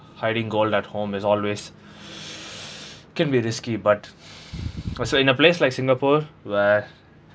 hiding gold at home is always can be risky but I say in a place like singapore where